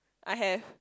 I have